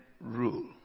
rule